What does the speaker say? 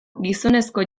gizonezko